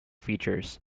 features